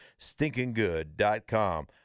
stinkinggood.com